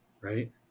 right